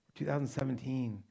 2017